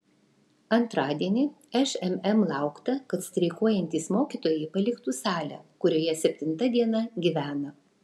antradienį šmm laukta kad streikuojantys mokytojai paliktų salę kurioje septinta diena gyvena